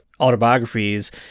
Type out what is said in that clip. autobiographies